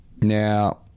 Now